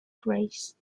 grace